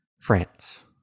France